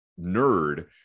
nerd